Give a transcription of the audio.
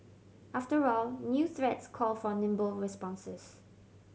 after all new threats call for nimble responses